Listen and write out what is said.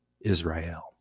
Israel